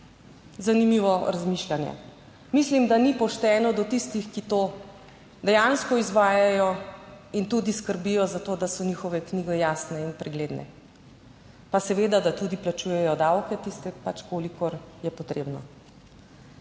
Zanimivo razmišljanje. Mislim, da ni pošteno do tistih, ki to dejansko izvajajo in tudi skrbijo za to, da so njihove knjige jasne in pregledne, pa seveda, da tudi plačujejo davke, tiste pač, kolikor je potrebno.